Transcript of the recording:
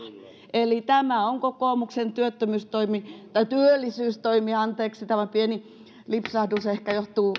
eli tämä on kokoomuksen työttömyystoimi tai työllisyystoimi anteeksi tämä pieni lipsahdus ehkä johtuu